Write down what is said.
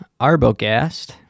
Arbogast